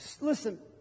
Listen